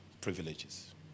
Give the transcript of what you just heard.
privileges